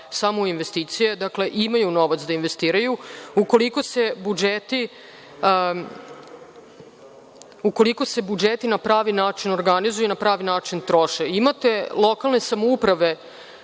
samo u investicije, dakle imaju novac da investiraju, ukoliko se budžeti na pravi način organizuju i na pravi način troše. Imate lokalne samouprave,